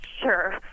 Sure